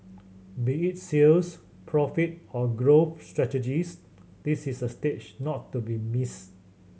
be it sales profit or growth strategies this is a stage not to be missed